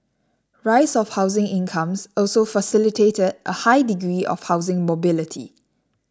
rise of housing incomes also facilitated a high degree of housing mobility